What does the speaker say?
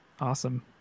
Awesome